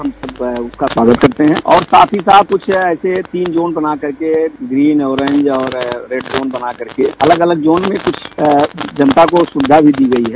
हम इसका स्वागत करते हैं और साथ ही साथ कुछ ऐसे तीन जोन बनाकर के ग्रीन ऑर्रिज और रेड जोन बना करके अलग अलग जोन में जनता को सुक्धा भी दी गई है